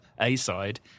A-side